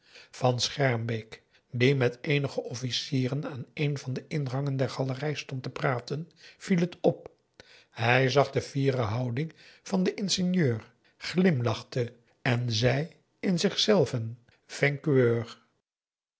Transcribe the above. van schermbeek die met eenige officieren aan een van de ingangen der galerij stond te praten viel het op hij zag de fiere houding van den ingenieur glimlachte en zei in zichzelven v